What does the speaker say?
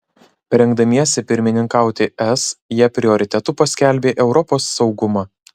rengdamiesi pirmininkauti es jie prioritetu paskelbė europos saugumą